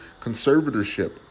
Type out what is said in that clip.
conservatorship